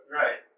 right